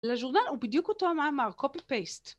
‫לג'ורנל הוא בדיוק אותו ‫המאמר copy-paste.